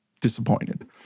disappointed